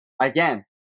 again